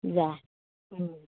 जा